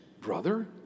brother